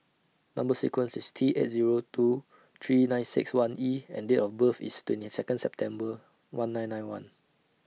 Number sequence IS T eight Zero two three nine six one E and Date of birth IS twenty Second September one nine nine one